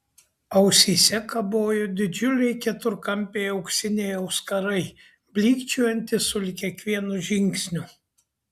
ausyse kabojo didžiuliai keturkampiai auksiniai auskarai blykčiojantys sulig kiekvienu žingsniu